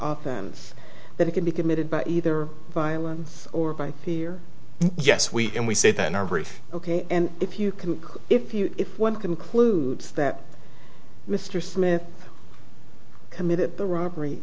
is that it can be committed by either violence or by fear yes we can we say that in our brief ok and if you can if you if one concludes that mr smith committed the robbery